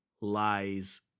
lies